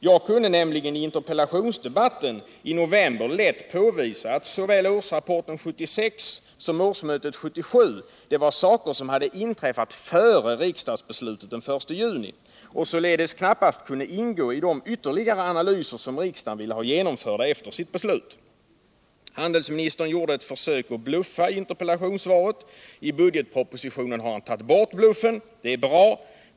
Jag kunde i interpellationsdebatten i november lätt påvisa att såväl årsrapporten 1976 som årsmötet 1977 var saker som hade inträffat före riksdagsbeslutet den 1 juni — och således knappast kunde ingå i de ”ytterligare” analyser som riksdagen ville ha genomförda efter sitt beslut. Handelsministern gjorde ett försök att bluffa i interpellationssvaret; i budgetpropositionen har han tagit bort bluffen. Det är bra.